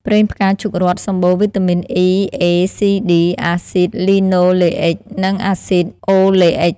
ប្រេងផ្កាឈូករ័ត្ន សម្បូរវីតាមីន E, A, C, D អាស៊ីដលីណូលេអ៊ិក និងអាស៊ីដអូលេអ៊ិក។